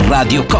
Radio